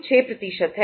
यह 186 है